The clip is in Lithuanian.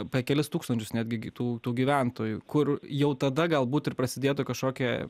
apė kelis tūkstančius netgi gi tų tų gyventojų kur jau tada galbūt ir prasidėtų kašokė